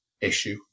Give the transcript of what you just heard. issue